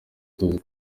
tuzi